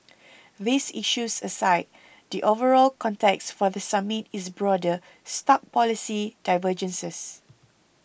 these issues aside the overall context for the summit is broader stark policy divergences